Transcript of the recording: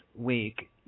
week